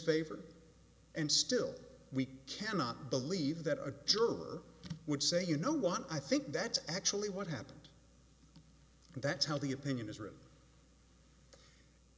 favor and still we cannot believe that a juror would say you know want i think that's actually what happened and that's how the opinion is written